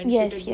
yes